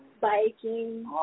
biking